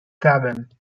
seven